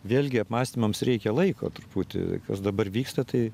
vėlgi apmąstymams reikia laiko truputį kas dabar vyksta tai